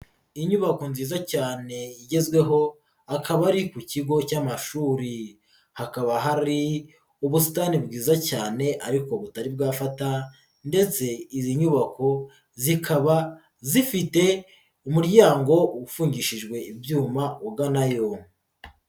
Inyubako nziza cyane igezweho akaba ari ku kigo cy'amashuri, hakaba hari ubusitani bwiza cyane ariko butari bwafata ndetse izi nyubako zikaba zifite umuryango ufungishijwe ibyuma uganayo.